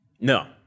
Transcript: No